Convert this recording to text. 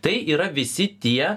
tai yra visi tie